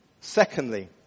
Secondly